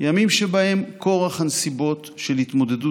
ימים שבהם כורח הנסיבות של התמודדות